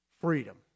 freedom